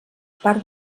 part